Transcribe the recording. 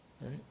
right